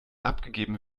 abgegeben